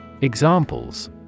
Examples